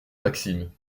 maxime